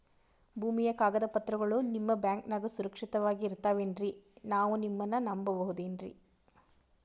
ಭೂಮಿಯ ಕಾಗದ ಪತ್ರಗಳು ನಿಮ್ಮ ಬ್ಯಾಂಕನಾಗ ಸುರಕ್ಷಿತವಾಗಿ ಇರತಾವೇನ್ರಿ ನಾವು ನಿಮ್ಮನ್ನ ನಮ್ ಬಬಹುದೇನ್ರಿ?